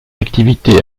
activité